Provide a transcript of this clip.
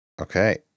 Okay